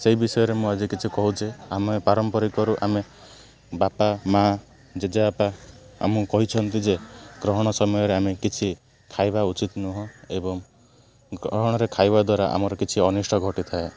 ସେଇ ବିଷୟରେ ମୁଁ ଆଜି କିଛି କହୁଛି ଆମେ ପାରମ୍ପରିକରୁ ଆମେ ବାପା ମା ଜେଜେବାପା ଆମକୁ କହିଛନ୍ତି ଯେ ଗ୍ରହଣ ସମୟରେ ଆମେ କିଛି ଖାଇବା ଉଚିତ ନୁହଁ ଏବଂ ଗ୍ରହଣରେ ଖାଇବା ଦ୍ୱାରା ଆମର କିଛି ଅନିଷ୍ଟ ଘଟିଥାଏ